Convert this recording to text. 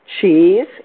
cheese